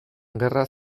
gerra